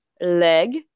leg